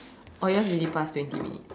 oh yours already passed twenty minutes